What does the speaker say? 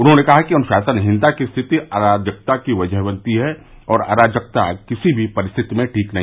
उन्होंने कहा कि अनुशासनहीनता की स्थिति अराजकता की वजह बनती है और अराजकता किसी भी परिस्थिति में ठीक नहीं